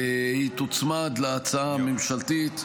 היא תוצמד להצעה הממשלתית,